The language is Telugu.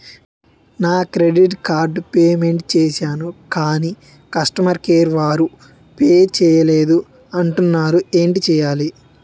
నా క్రెడిట్ కార్డ్ పే మెంట్ చేసాను కాని కస్టమర్ కేర్ వారు పే చేయలేదు అంటున్నారు ఏంటి చేయాలి?